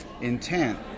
intent